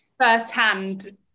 first-hand